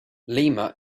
lima